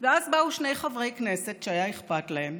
ואז באו שני חברי כנסת שהיה אכפת להם,